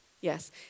Yes